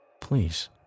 please